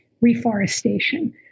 reforestation